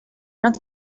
not